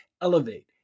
elevate